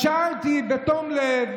אז שאלתי בתום לב,